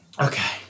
okay